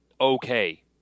okay